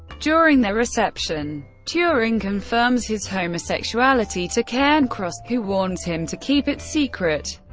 during their reception, turing confirms his homosexuality to cairncross, who warns him to keep it secret.